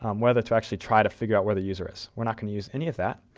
um whether to actually try to figure out where the user is. we're not going to use any of that.